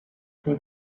who